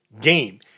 game